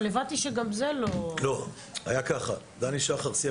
אבל הבנתי שגם זה לא -- דני שחר סיים